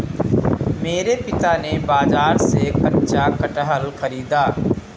मेरे पिता ने बाजार से कच्चा कटहल खरीदा